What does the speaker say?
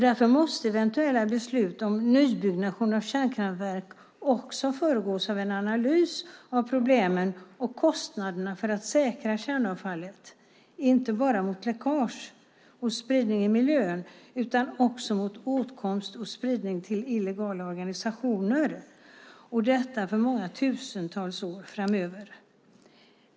Därför måste eventuella beslut om nybyggnation av kärnkraftverk också föregås av en analys av problemen och kostnaderna för att säkra kärnavfallet, inte bara mot läckage och spridning i miljön utan också mot åtkomst och spridning till illegala organisationer, och detta för många tusentals år framöver.